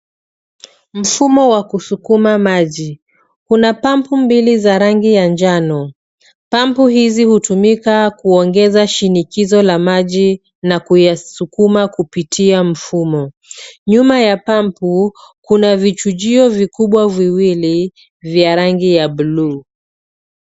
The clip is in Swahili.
Mfumo wa kusukuma maji. Kuna pampu mbili za rangi ya njano. Pampu hizi hutumika kuongeza shinikizo la maji na kuyasukuma kupitia mfumo. Nyuma ya pampu kuna vichujio vikubwa viwili vya rangi ya buluu.